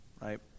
Right